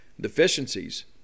deficiencies